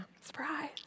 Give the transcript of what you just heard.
surprise